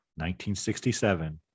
1967